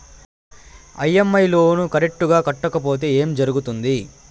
EMI loan correct గా కట్టకపోతే ఏం జరుగుతుంది